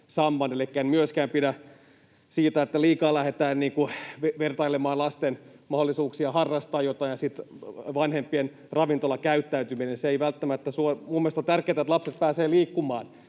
en myöskään pidä siitä, että liikaa lähdetään vertailemaan lasten mahdollisuuksia harrastaa jotain ja vanhempien ravintolakäyttäytymistä. Minun mielestäni on tärkeätä, että lapset pääsevät liikkumaan,